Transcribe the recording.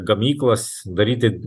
gamyklas daryti